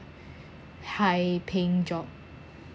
high paying job